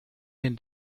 den